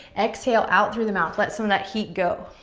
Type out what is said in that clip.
exhale out through the mouth. let some of that heat go.